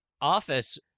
office